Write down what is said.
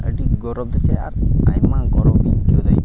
ᱟᱹᱰᱤ ᱜᱚᱨᱚᱵᱽ ᱫᱚ ᱪᱮᱫ ᱟᱨ ᱟᱭᱢᱟ ᱜᱚᱨᱚᱵᱽ ᱤᱧ ᱟᱹᱭᱠᱟᱹᱣᱫᱟ ᱤᱧ ᱦᱚᱸ